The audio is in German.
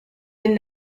den